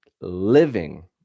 living